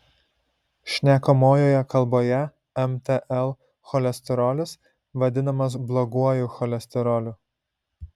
šnekamojoje kalboje mtl cholesterolis vadinamas bloguoju cholesteroliu